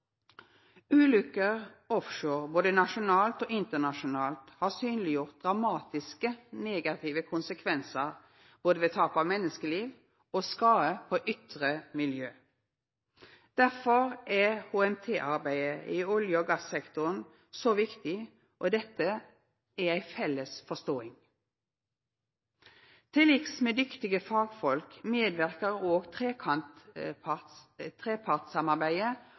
både nasjonalt og internasjonalt har synleggjort dramatiske negative konsekvensar både ved tap av menneskeliv og ved skade på ytre miljø. Derfor er HMT-arbeidet i olje- og gassektoren så viktig, og dette er ei felles forståing. Til liks med dyktige fagfolk medverkar òg trepartssamarbeidet og